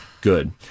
good